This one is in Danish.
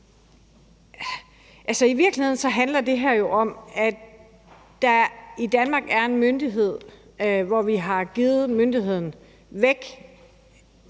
i virkeligheden handler det her jo om, at der i Danmark er en myndighed, hvis myndighed vi